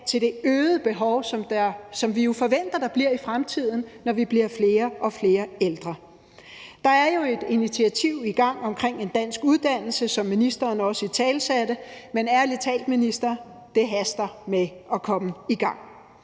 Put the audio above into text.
til det øgede behov, som vi jo forventer at der bliver i fremtiden, når vi bliver flere og flere ældre. Der er jo et initiativ i gang omkring en dansk uddannelse, som ministeren også italesatte, men ærlig talt, minister, det haster med at komme i gang.